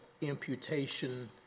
imputation